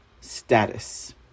status